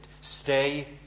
Stay